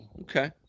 Okay